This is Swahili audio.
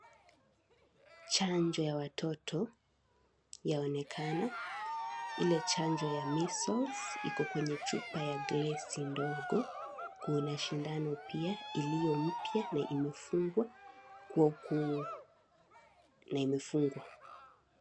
Chanjo ya watoto yaonekana ile chanjo ya measles iko kwa chupa ya glesi ndogo kuna sindano pia iliyo mpya na imefungwa.